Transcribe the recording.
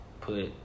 put